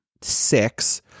six